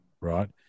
Right